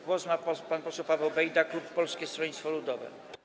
Głos ma pan poseł Paweł Bejda, klub Polskiego Stronnictwa Ludowego.